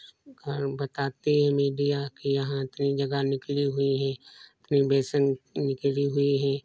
बताती है मीडिया कि यहाँ इतनी जगह निकली हुई है बेसन निकली हुई है